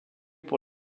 pour